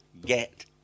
get